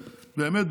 באמת,